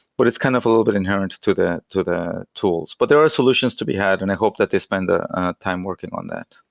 but it's kind of a little bit inherent to the to the tools. but there are solutions to be had, and i hope that they spend time working on that.